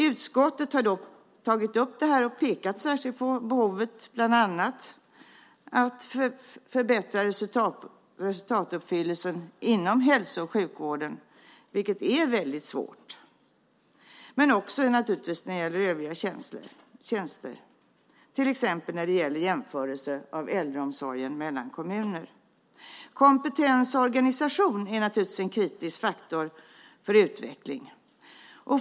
Utskottet har tagit upp detta och särskilt pekat på behovet av att bland annat förbättra resultatuppfyllelsen inom hälso och sjukvården, vilket är väldigt svårt. Detta gäller även övriga tjänster, till exempel jämförelser av äldreomsorgen mellan kommuner. Kompetens och organisation är naturligtvis kritiska faktorer för utveckling.